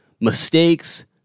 mistakes